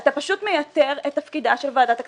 אתה פשוט מייתר את תפקידה של ועדת הכספים.